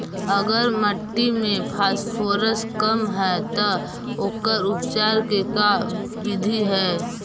अगर मट्टी में फास्फोरस कम है त ओकर उपचार के का बिधि है?